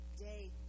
day